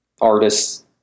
artists